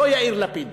לא יאיר לפיד.